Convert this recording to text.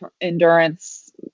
endurance